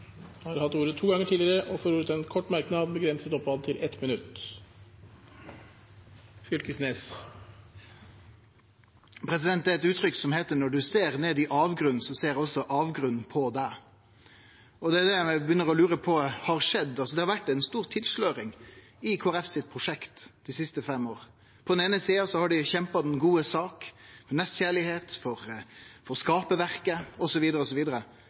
har hatt ordet to ganger tidligere og får ordet til en kort merknad, begrenset til 1 minutt. Det er eit uttrykk som heiter at når du ser ned i avgrunnen, ser også avgrunnen på deg. Det er det eg begynner å lure på om har skjedd. Det har vore ei stor tilsløring i Kristeleg Folkepartis prosjekt dei siste fem åra. På den eine sida har dei kjempa den godes sak, med nestekjærleik for